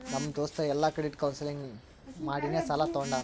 ನಮ್ ದೋಸ್ತ ಎಲ್ಲಾ ಕ್ರೆಡಿಟ್ ಕೌನ್ಸಲಿಂಗ್ ಮಾಡಿನೇ ಸಾಲಾ ತೊಂಡಾನ